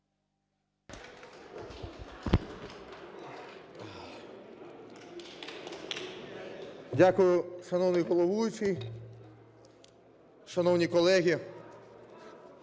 Дякую. Шановні колеги,